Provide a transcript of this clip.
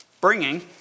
bringing